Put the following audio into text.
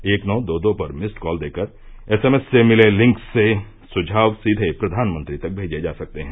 एक नौ दो दो पर मिस्ड कॉल देकर एसएमएस से मिले लिंक से सुझाव सीधे प्रधानमंत्री तक भेजे जा सकते हैं